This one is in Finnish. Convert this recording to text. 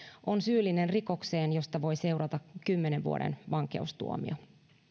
on syyllinen rikokseen josta voi seurata kymmenen vuoden vankeustuomio